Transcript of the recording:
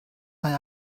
mae